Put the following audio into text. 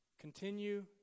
Continue